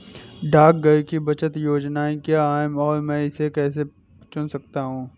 डाकघर की बचत योजनाएँ क्या हैं और मैं इसे कैसे चुन सकता हूँ?